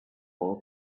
all